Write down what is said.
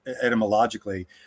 etymologically